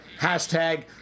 hashtag